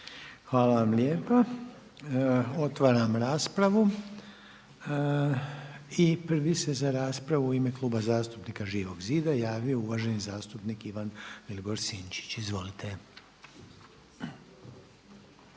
Hvala vam lijepa. Otvaram raspravu. Prvi se za raspravu u ime Kluba zastupnika Živog zida javio uvaženi zastupnik Ivan Vilibor Sinčić. Izvolite.